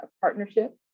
partnership